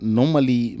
normally